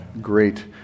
great